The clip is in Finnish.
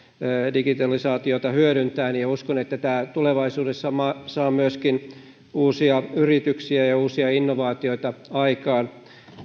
digitalisaatiota hyödyntäen uskon että tämä tulevaisuudessa saa aikaan uusia yrityksiä ja uusia innovaatioita